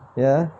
ya